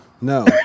No